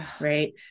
Right